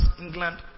England